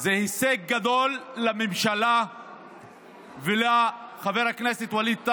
זה הישג גדול לממשלה ולחבר הכנסת ווליד טאהא,